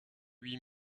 huit